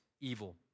evil